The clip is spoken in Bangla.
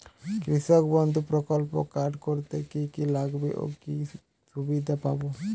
কৃষক বন্ধু প্রকল্প কার্ড করতে কি কি লাগবে ও কি সুবিধা পাব?